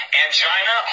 angina